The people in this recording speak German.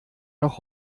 noch